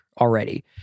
already